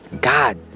God